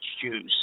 juice